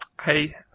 Hey